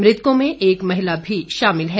मृतकों में एक महिला भी शामिल है